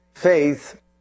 Faith